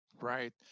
right